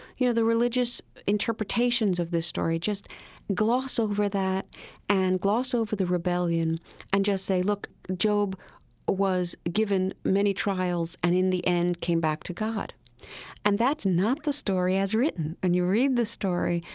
you know, the religious interpretations of this story just gloss over that and gloss over the rebellion and just say, look, job was given many trials and in the end came back to god and that's not the story as written. when you read the story,